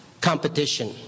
competition